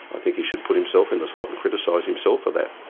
ah think he should put himself in the slot and criticise himself for that.